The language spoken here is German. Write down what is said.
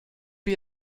wie